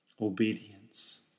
Obedience